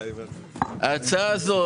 ההצעה הזאת,